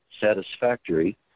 satisfactory